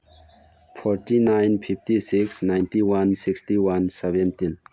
forty nine fifty six ninety one sixty one seventeen